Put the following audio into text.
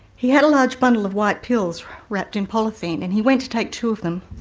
he had a large bundle of white pills wrapped in polythene, and he went to take two of them.